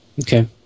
Okay